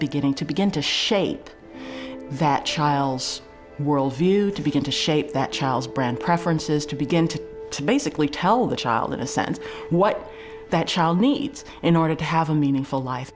beginning to begin to shape that child's worldview to begin to shape that child's brand preferences to begin to to basically tell the child in a sense what that child needs in order to have a meaningful life